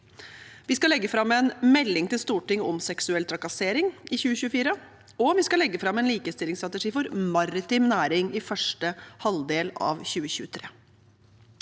Vi skal legge fram en melding til Stortinget om seksuell trakassering i 2024, og vi skal legge fram en likestillingsstrategi for maritim næring i første halvdel av 2023.